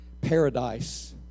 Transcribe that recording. Paradise